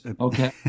Okay